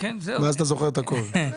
ואז אתה זוכר את הכל.